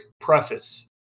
preface